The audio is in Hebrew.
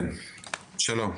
שלום.